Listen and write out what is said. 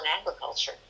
agriculture